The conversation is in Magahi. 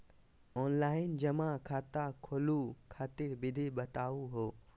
ऑनलाइन जमा खाता खोलहु खातिर विधि बताहु हो?